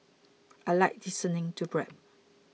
I like listening to rap